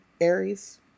Aries